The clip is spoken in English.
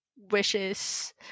wishes